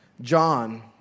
John